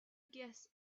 guess